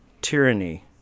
tyranny